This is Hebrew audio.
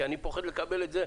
כי אני פוחד לקבל את זה,